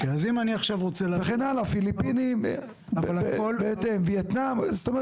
וכן הלאה, פיליפינים, וייטנאם, בהתאם.